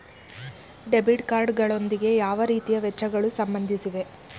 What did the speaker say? Debit card ಗಳೊಂದಿಗೆ ಯಾವ ರೀತಿಯ ವೆಚ್ಚಗಳು ಸಂಬಂಧಿಸಿವೆ?